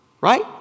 Right